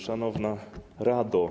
Szanowna Rado!